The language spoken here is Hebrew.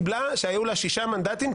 שהיו לה שישה מנדטים,